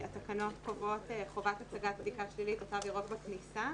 התקנות קובעות חובת הצגת בדיקה שלילית או תו ירוק בכניסה,